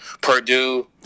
Purdue